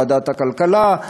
ועדת הכלכלה,